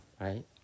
Right